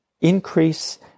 increase